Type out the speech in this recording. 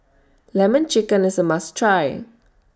Lemon Chicken IS A must Try